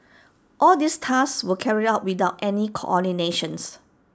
all these tasks were carried out without any coordination